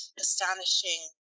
astonishing